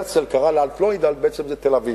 הרצל קרא לה "אלטנוילד", ובעצם זאת תל-אביב.